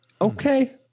okay